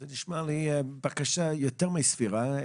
זאת נשמעת לי בקשה יותר מסבירה.